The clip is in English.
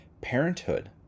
parenthood